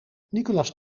nicolas